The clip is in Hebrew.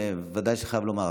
אני חייב לומר,